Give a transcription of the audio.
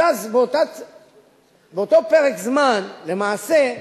ובאותו פרק זמן, למעשה,